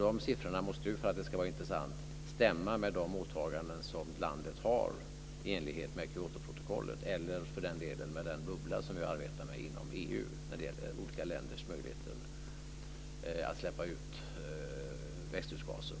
De siffrorna måste ju stämma med de åtaganden som landet har i enlighet med Kyotoprotokollet, eller med den bubbla som vi arbetar med inom EU när det gäller olika länders möjligheter att släppa ut växthusgaser.